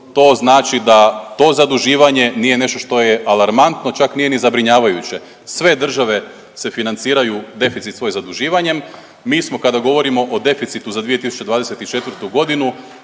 To znači da to zaduživanje nije nešto što je alarmantno, čak nije ni zabrinjavajuće. Sve države se financiraju, deficit svoj zaduživanjem. Mi smo kada govorimo o deficitu za 2024.g. na